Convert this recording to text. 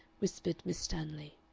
whispered miss stanley.